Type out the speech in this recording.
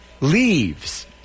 leaves